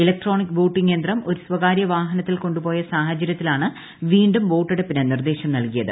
electronic voting യന്ത്രം ഒരു സ്വകാര്യ വാഹനത്തിൽ കൊണ്ടുപോയ സാഹചര്യത്തിലാണ് വീണ്ടും വോട്ടെടുപ്പിന് നിർദ്ദേശം നൽകിയത്